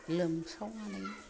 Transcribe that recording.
लोमसावनानै